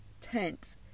tent